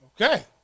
Okay